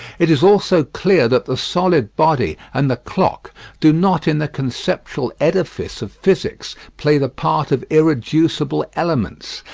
it is also clear that the solid body and the clock do not in the conceptual edifice of physics play the part of irreducible elements,